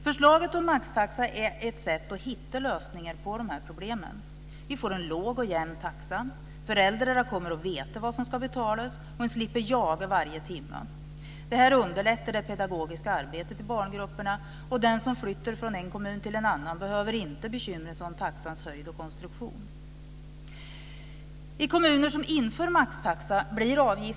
Förslaget om maxtaxa är ett sätt att hitta lösningar på dessa problem. Vi får en låg och jämn taxa. Föräldrarna kommer att veta vad som ska betalas, och man slipper jaga varje timme. Det underlättar det pedagogiska arbetet i barngruppen. Den som flyttar från en kommun till en annan behöver inte bekymra sig om taxans höjd och konstruktion.